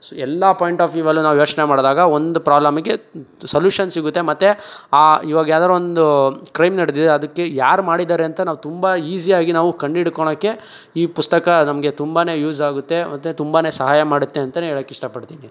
ಸ್ ಎಲ್ಲ point of ವೀವಲ್ಲು ನಾವು ಯೋಚನೆ ಮಾಡಿದಾಗ ಒಂದು ಪ್ರಾಬ್ಲಮ್ಗೆ ಸೊಲ್ಯುಷನ್ ಸಿಗುತ್ತೆ ಮತ್ತೆ ಆ ಇವಾಗ ಯಾವ್ದಾರ ಒಂದು ಕ್ರೈಮ್ ನಡೆದಿದೆ ಅದಕ್ಕೆ ಯಾರು ಮಾಡಿದ್ದಾರೆ ಅಂತ ನಾವು ತುಂಬ ಈಸಿಯಾಗಿ ನಾವು ಕಂಡಿಡ್ಕೊಳ್ಳೋಕೆ ಈ ಪುಸ್ತಕ ನಮಗೆ ತುಂಬನೇ ಯೂಸ್ ಆಗುತ್ತೆ ಮತ್ತೆ ತುಂಬನೇ ಸಹಾಯ ಮಾಡುತ್ತೆ ಅಂತಲೇ ಹೇಳೋಕೆ ಇಷ್ಟಪಡ್ತೀನಿ